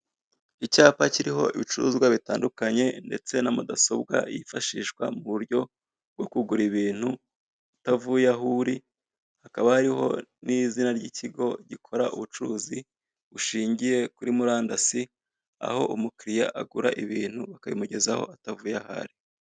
Icyapa kiriho ibicuruzwa bitandukanye ndetse na mudasobwa yifashishwa mu buryo bwo kugura ibintu utavuye aho uri, hakaba hariho n'izina ry'ikigo gikora ubucuruzi bushingiye kuri murandasi, aho umukiriya agura ibintu bakabimugezaho atavuye aho ari.